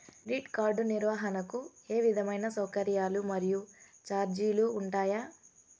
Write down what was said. Credit card నిర్వహణకు ఏ విధమైన సౌకర్యాలు మరియు చార్జీలు ఉంటాయా?